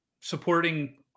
supporting